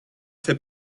fait